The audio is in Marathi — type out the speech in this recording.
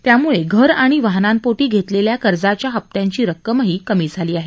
त्यामुळे घर आणि वाहनांपोटी घेतलेल्या कर्जाच्या हप्त्यांची रक्कमही कमी झाली आहे